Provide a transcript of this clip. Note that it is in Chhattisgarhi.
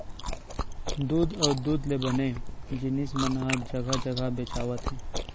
दूद अउ दूद ले बने जिनिस मन ह जघा जघा बेचावत हे